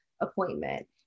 appointment